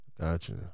Gotcha